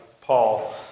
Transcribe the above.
Paul